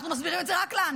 אנחנו מסבירים את זה רק לנו.